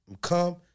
come